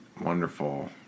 wonderful